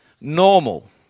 normal